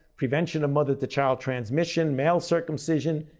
prevention of mother-to-child transmission, male circumcision,